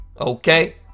Okay